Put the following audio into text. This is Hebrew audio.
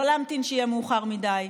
לא להמתין שיהיה מאוחר מדי,